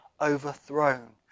overthrown